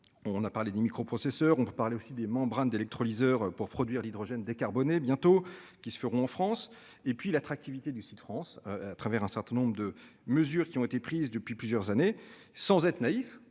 On a parlé des microprocesseurs. On peut parler aussi des membranes d'électrolyseurs pour produire l'hydrogène décarboné bientôt qui se feront en France et puis l'attractivité du site France à travers un certain nombre de mesures qui ont été prises depuis plusieurs années, sans être naïf